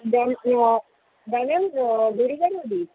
धनम् इव धनम् दूरीकरोति